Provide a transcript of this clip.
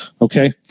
Okay